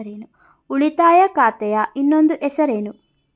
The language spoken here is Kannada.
ಉಳಿತಾಯ ಖಾತೆಯ ಇನ್ನೊಂದು ಹೆಸರೇನು?